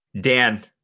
Dan